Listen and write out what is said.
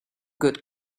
good